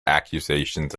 accusations